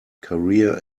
career